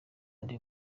andi